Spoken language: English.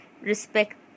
Respect